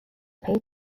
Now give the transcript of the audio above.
paid